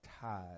tied